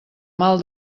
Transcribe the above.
mal